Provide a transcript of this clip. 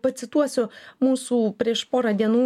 pacituosiu mūsų prieš porą dienų